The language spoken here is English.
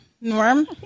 Norm